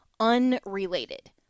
unrelated